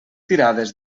tirades